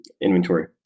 inventory